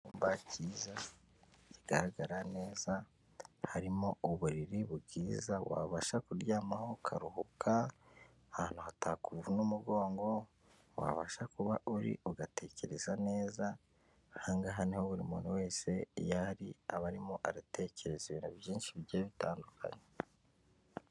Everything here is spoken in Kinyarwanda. Icyumba cyiza, kigaragara neza, harimo uburiri bwiza wabasha kuryamaho ukaruhuka, ahantu hatakuvuna umugongo, wabasha kuba uri ugatekereza neza. Aha ngaha niho buri muntu wese iyari aba arimo aratekereza ibintu byinshi bigiye bitandukanye.